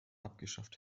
abgeschafft